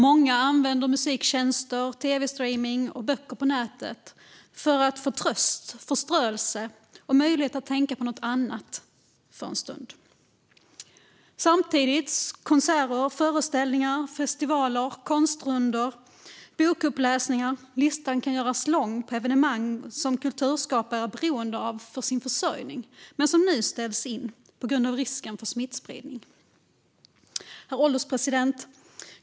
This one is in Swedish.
Många använder musiktjänster, tv-streamning och böcker på nätet för att få tröst, förströelse och möjlighet att tänka på något annat för en stund. Konserter, föreställningar, festivaler, konstrundor och bokuppläsningar - listan kan göras lång - är evenemang som kulturskapare är beroende av för sin försörjning. De ställs nu in på grund av risken för smittspridning. Herr ålderspresident!